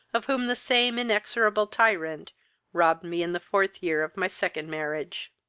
of whom the same inexorable tyrant robbed me in the fourth year of my second marriage.